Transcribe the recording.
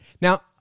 Now